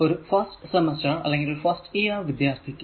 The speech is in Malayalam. ഒരു ഫസ്റ്റ് സെമസ്റ്റർ അല്ലെങ്കിൽ ഒരു ഫസ്റ്റ് ഇയർ വിദ്യാർത്ഥിക്ക്